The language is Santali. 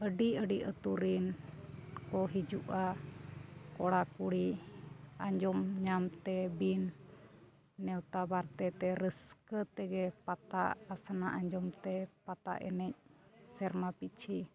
ᱟᱹᱰᱤ ᱟᱹᱰᱤ ᱟᱹᱛᱩᱨᱮᱱ ᱠᱚ ᱦᱤᱡᱩᱜᱼᱟ ᱠᱚᱲᱟᱼᱠᱩᱲᱤ ᱟᱸᱡᱚᱢ ᱧᱟᱢ ᱛᱮ ᱵᱤᱱ ᱱᱮᱶᱛᱟ ᱵᱟᱨᱛᱮ ᱛᱮ ᱨᱟᱹᱥᱠᱟᱹ ᱛᱮᱜᱮ ᱯᱟᱛᱟ ᱟᱥᱱᱟ ᱟᱸᱡᱚᱢ ᱛᱮ ᱯᱟᱛᱟ ᱮᱱᱮᱡ ᱥᱮᱨᱢᱟ ᱯᱤᱪᱷᱤ